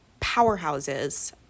powerhouses